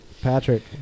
Patrick